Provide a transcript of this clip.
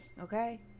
Okay